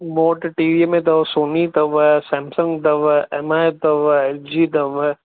मूं वटि T V में अथव सोनी अथव सैमसंग अथव एम आई अथव एल जी अथव